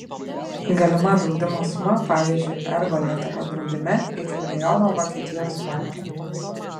galima draudimo suma pavyzdžiui ergo lietuva draudime iki milijono vokietijos markių